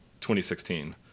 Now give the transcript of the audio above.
2016